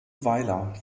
weiler